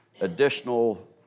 additional